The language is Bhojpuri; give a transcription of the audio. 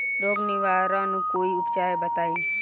रोग निवारन कोई उपचार बताई?